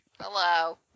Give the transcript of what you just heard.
Hello